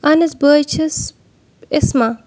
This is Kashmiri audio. اَہن حظ بہٕ حظ چھَس اِسما